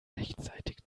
rechtzeitig